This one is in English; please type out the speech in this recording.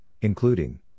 including